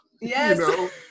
Yes